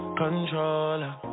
controller